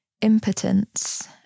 impotence